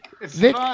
Vic